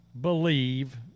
believe